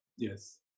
Yes